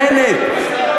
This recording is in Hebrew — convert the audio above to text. בנט.